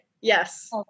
yes